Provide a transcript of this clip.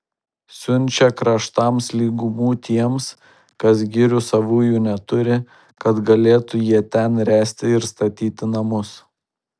siunčia kraštams lygumų tiems kas girių savųjų neturi kad galėtų jie ten ręsti ir statyti namus